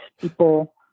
People